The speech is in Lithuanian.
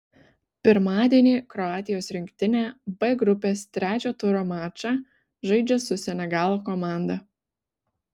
pirmadienį kroatijos rinktinė b grupės trečio turo mačą žaidžia su senegalo komanda